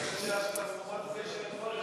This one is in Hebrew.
נקווה שהכספומט הזה יישאר חודש שם.